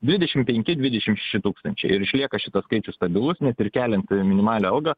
dvidešimt penki dvidešimt šeši tūkstančiai ir išlieka šitas skaičius stabilus net ir keliant minimalią algą